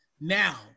now